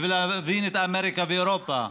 בשביל להבין את אמריקה ואירופה,